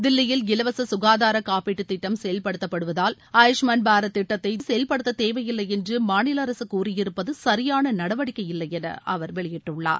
தில்லியில் இலவச க்காதார காப்பீட்டு திட்டம் செயல்படுத்தப்படுவதால் ஆயுஷ்மான பாரத் திட்டத்ததை செயல்படுத்தேவையில்லை என்று மாநில அரசு கூறியிருப்பது சியான நடவடிக்கை இல்லை என அவர் வெளியிட்டுள்ளார்